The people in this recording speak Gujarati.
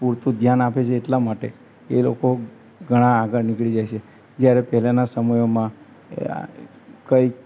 પૂરતું ધ્યાન આપે છે એટલા માટે એ લોકો ઘણા આગળ નીકળી જાય છે જ્યારે પેલાના સમયોમાં એ આ કંઈક